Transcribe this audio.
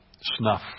Snuff